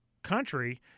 Country